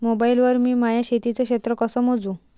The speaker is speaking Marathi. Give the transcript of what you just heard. मोबाईल वर मी माया शेतीचं क्षेत्र कस मोजू?